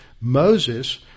Moses